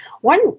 One